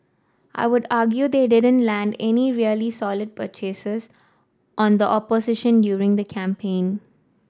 I would argue they didn't land any really solid purchases on the opposition during the campaign